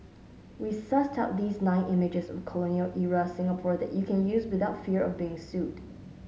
we sussed out these nine images of colonial era Singapore that you can use without fear of being sued